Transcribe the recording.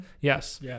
yes